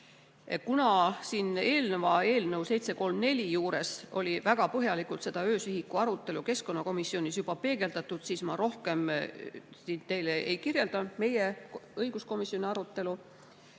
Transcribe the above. Kuna siin eelnõu 734 arutelul väga põhjalikult seda öösihiku arutelu keskkonnakomisjonis juba peegeldati, siis ma ei kirjelda rohkem õiguskomisjoni arutelu.